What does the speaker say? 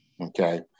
okay